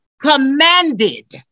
commanded